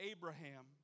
Abraham